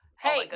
Hey